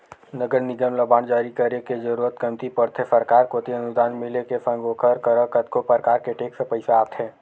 नगर निगम ल बांड जारी करे के जरुरत कमती पड़थे सरकार कोती अनुदान मिले के संग ओखर करा कतको परकार के टेक्स पइसा आथे